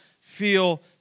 feel